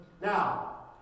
Now